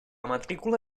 matrícula